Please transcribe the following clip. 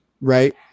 right